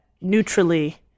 neutrally